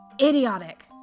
idiotic